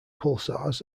pulsars